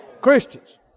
Christians